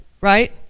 Right